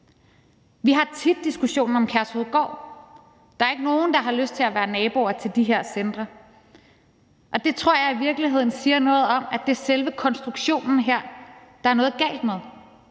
Vi har tit diskussionen om Kærshovedgård. Der er ikke nogen, der har lyst til at være naboer til de her centre, og det tror jeg i virkeligheden siger noget om, at det er selve konstruktionen her, der er noget galt med.